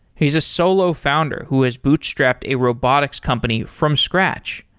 he's a solo founder who is bootstrapped a robotics company from scratch.